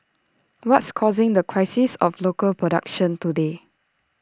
what's causing the crisis of local productions today